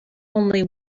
only